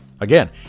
Again